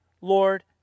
Lord